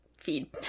feed